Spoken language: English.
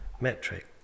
metric